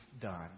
done